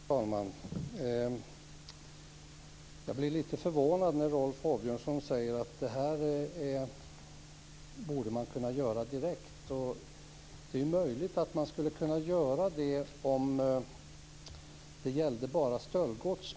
Fru talman! Jag blev lite förvånad när Rolf Åbjörnsson sade att detta borde kunna genomföras direkt. Det är möjligt, om det bara gällde stöldgods.